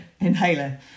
inhaler